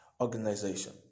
Organization